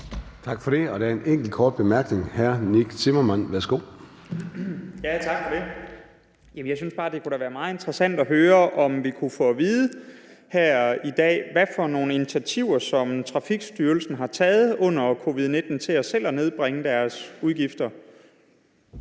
Tak for det. Der er en enkelt kort bemærkning fra hr. Nick Zimmermann. Værsgo. Kl. 13:58 Nick Zimmermann (DF): Tak for det. Jeg synes da bare, det kunne være meget interessant at høre, om vi kunne få at vide her i dag, hvad for nogle initiativer Trafikstyrelsen har taget under covid-19 for selv at nedbringe deres udgifter.